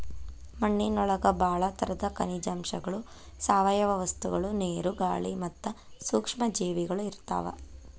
ಮಣ್ಣಿನೊಳಗ ಬಾಳ ತರದ ಖನಿಜಾಂಶಗಳು, ಸಾವಯವ ವಸ್ತುಗಳು, ನೇರು, ಗಾಳಿ ಮತ್ತ ಸೂಕ್ಷ್ಮ ಜೇವಿಗಳು ಇರ್ತಾವ